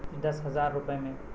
دس ہزار روپئے میں